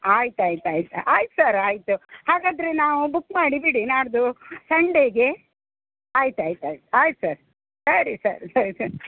ಆಯ್ತು ಆಯ್ತು ಆಯ್ತು ಆಯ್ತು ಸರ್ ಆಯಿತು ಹಾಗಾದರೆ ನಾವು ಬುಕ್ ಮಾಡಿ ಬಿಡಿ ನಾಡಿದ್ದು ಸಂಡೆಗೆ ಆಯ್ತು ಆಯ್ತು ಆಯ್ತು ಆಯ್ತು ಸರ್ ಸರಿ ಸರ್ ಸರಿ ಸರ್